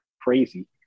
crazy